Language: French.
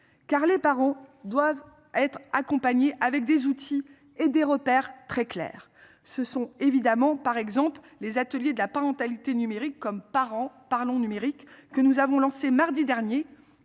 car les parents doivent être accompagnées avec des outils et des repères très clair, ce sont évidemment, par exemple, les ateliers de la parentalité numérique comme parents parlons. Que nous avons lancé mardi dernier